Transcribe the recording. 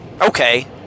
Okay